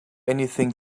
anything